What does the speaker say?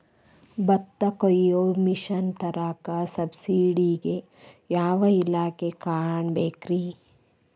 ಭತ್ತ ಕೊಯ್ಯ ಮಿಷನ್ ತರಾಕ ಸಬ್ಸಿಡಿಗೆ ಯಾವ ಇಲಾಖೆ ಕಾಣಬೇಕ್ರೇ?